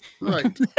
Right